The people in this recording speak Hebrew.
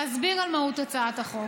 ולהסביר על מהות הצעת החוק.